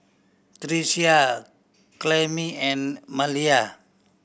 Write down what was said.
Tricia Clemie and Maleah